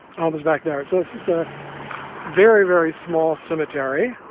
all this back there so it's just a very very small cemetery